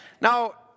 Now